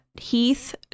Heath